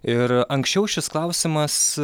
ir anksčiau šis klausimas